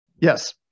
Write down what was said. Yes